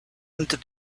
into